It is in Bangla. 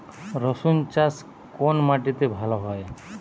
রুসুন চাষ কোন মাটিতে ভালো হয়?